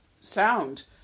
sound